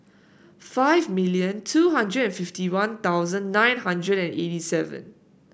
five million two hundred and fifty One Thousand nine hundred and eighty seven